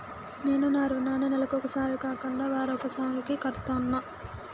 నేను నా రుణాన్ని నెలకొకసారి కాకుండా వారానికోసారి కడ్తన్నా